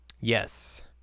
Yes